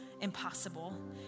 impossible